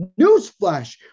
newsflash